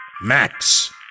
Max